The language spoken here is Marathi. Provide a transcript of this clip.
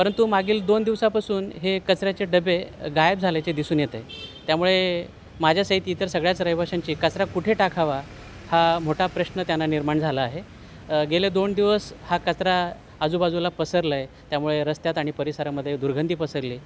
परंतु मागील दोन दिवसापासून हे कचऱ्याचे डब्बे गायब झाल्याचे दिसून येते त्यामुळे माझ्यासहित इतर सगळ्याच रहिवाश्यांची कचरा कुठे टाकावा हा मोठा प्रश्न त्यांना निर्माण झाला आहे गेले दोन दिवस हा कचरा आजूबाजूला पसरला आहे त्यामुळे रस्त्यात आणि परिसरामध्ये दुर्गंधी पसरली